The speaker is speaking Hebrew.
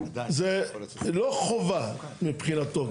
זה לא חובה מבחינתו.